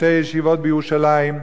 בשתי ישיבות בירושלים.